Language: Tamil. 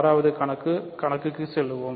6 வது கணக்குக்குச் செல்லுங்கள்